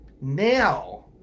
Now